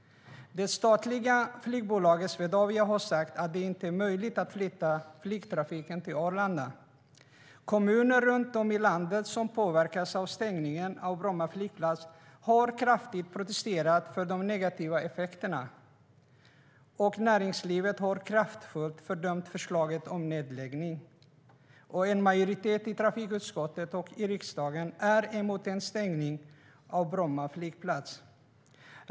Det statliga flygbolaget Swedavia har sagt att det inte är möjligt att flytta flygtrafiken till Arlanda. Kommuner runt om i landet som påverkas av stängningen av Bromma flygplats har kraftigt protesterat mot de negativa effekterna, och näringslivet har kraftfullt fördömt förslaget om nedläggning. En majoritet i trafikutskottet och i riksdagen är också emot en stängning av Bromma flygplats.